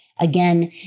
Again